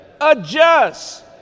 adjust